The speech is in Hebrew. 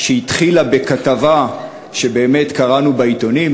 שהתחילה באמת מכתבה שקראנו בעיתונים,